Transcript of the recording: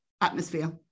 atmosphere